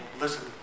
listen